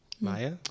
Maya